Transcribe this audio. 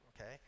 okay